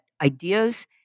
ideas